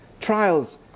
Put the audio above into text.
trials